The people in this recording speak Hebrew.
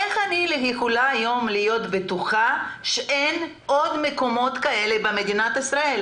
איך אני יכולה היום להיות בטוחה שאין עוד מקומות כאלה במדינת ישראל?